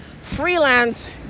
freelance